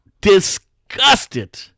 Disgusted